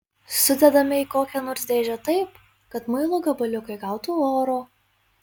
sudedame į kokią nors dėžę taip kad muilo gabaliukai gautų oro